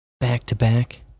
back-to-back